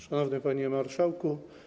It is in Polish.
Szanowny Panie Marszałku!